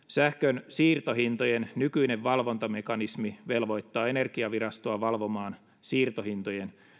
sähkönsiirtohintojen nykyinen valvontamekanismi velvoittaa energiavirastoa valvomaan siirtohintojen